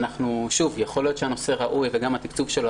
יכול להיות שהנושא ראוי וגם התקצוב שלו,